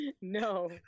No